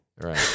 right